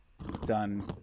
done